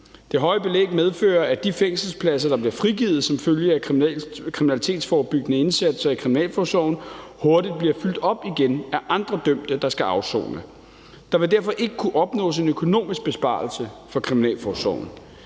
Det høje belæg medfører, at de fængselspladser, der bliver frigivet som følge af kriminalitetsforebyggende indsatser i kriminalforsorgen, hurtigt bliver fyldt op igen af andre dømte, der skal afsone. Der vil derfor ikke kunne opnås en økonomisk besparelse for Kriminalforsorgen.